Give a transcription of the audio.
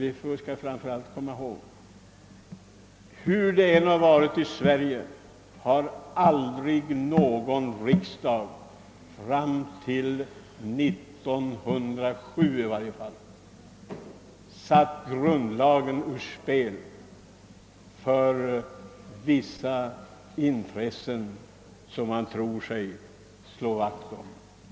Vi skall framför allt hålla i minnet att ingen riksdag, hurudana förhållandena än varit i Sverige, någonsin — i varje fall inte fram till 1907 — satt grundlagen ur spel för att tillmötesgå några intressen som man trott sig behöva slå vakt om.